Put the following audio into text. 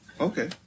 Okay